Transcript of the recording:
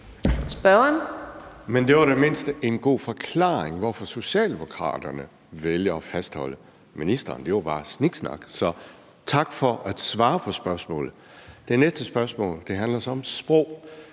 (DF): Det var da i det mindste en god forklaring på, hvorfor Socialdemokraterne vælger at fastholde det. Med ministeren var det bare sniksnak, så tak for at svare på spørgsmålet. Det næste spørgsmål handler så om sprog.